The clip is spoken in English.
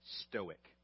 stoic